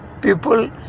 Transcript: people